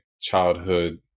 childhood